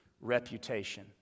reputation